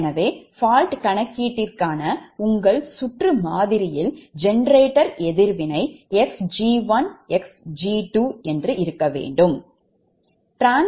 எனவே fault கணக்கீட்டிற்கான உங்கள் சுற்று மாதிரியில் ஜெனரேட்டர் எதிர்வினை xg1 ′ xg2